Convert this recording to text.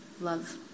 love